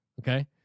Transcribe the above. okay